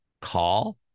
call